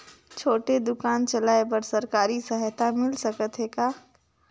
छोटे दुकान चलाय बर सरकारी सहायता मिल सकत हे का?